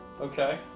Okay